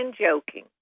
joking